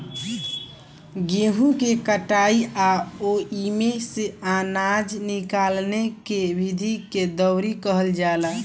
गेहूँ के कटाई आ ओइमे से आनजा निकाले के विधि के दउरी कहल जाला